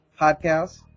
podcast